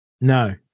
No